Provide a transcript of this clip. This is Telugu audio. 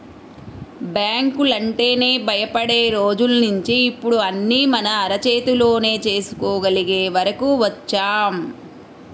బ్యాంకులంటేనే భయపడే రోజుల్నించి ఇప్పుడు అన్నీ మన అరచేతిలోనే చేసుకోగలిగే వరకు వచ్చాం